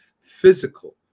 physical